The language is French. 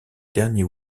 dernier